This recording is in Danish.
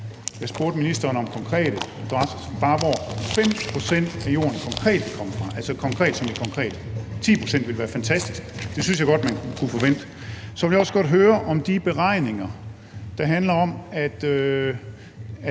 Jeg spurgte ministeren om, hvor bare 5 pct. af jorden konkret vil komme fra – altså konkret som i konkret; 10 pct. ville være fantastisk. Det synes jeg godt man kunne forvente. Så vil jeg også godt høre, om de beregninger, der handler om, at